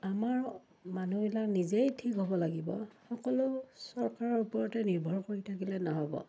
আমাৰ মানুহবিলাক নিজেই ঠিক হ'ব লাগিব সকলো চৰকাৰৰ ওপৰতে নিৰ্ভৰ কৰি থাকিলে নহ'ব